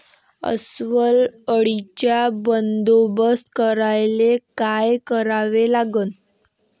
अस्वल अळीचा बंदोबस्त करायले काय करावे लागन?